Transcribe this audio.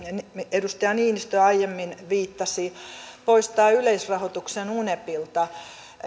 edustaja niinistö aiemmin viitasi poistaa yleisrahoituksen unepilta